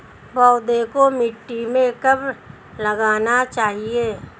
पौधे को मिट्टी में कब लगाना चाहिए?